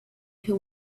who